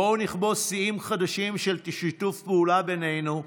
בואו נכבוש שיאים חדשים של שיתוף פעולה בינינו,